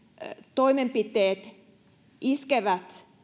eniten rajoitustoimenpiteet iskevät